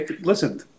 Listen